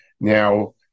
Now